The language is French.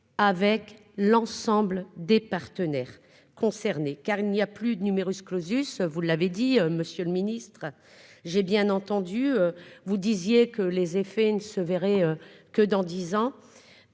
avec l'ensemble des partenaires concernés car il n'y a plus de numerus clausus, vous l'avez dit, monsieur le ministre, j'ai bien entendu, vous disiez que les effets ne se verrait que dans 10 ans,